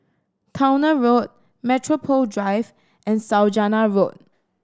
Towner Road Metropole Drive and Saujana Road